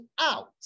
out